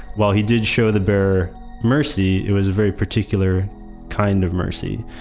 while he did show the bear mercy, it was a very particular kind of mercy.